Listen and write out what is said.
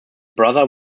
brother